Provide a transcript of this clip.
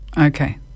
Okay